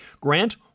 Grant